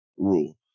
Rule